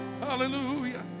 Hallelujah